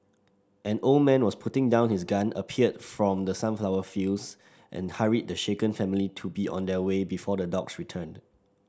an old man was putting down his gun appeared from the sunflower fields and hurried the shaken family to be on their way before the dogs return